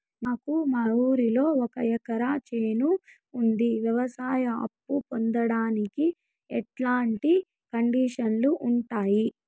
నాకు మా ఊరిలో ఒక ఎకరా చేను ఉంది, వ్యవసాయ అప్ఫు పొందడానికి ఎట్లాంటి కండిషన్లు ఉంటాయి?